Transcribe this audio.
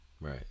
Right